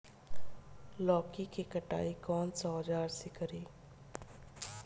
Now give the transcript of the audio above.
लौकी के कटाई कौन सा औजार से करी?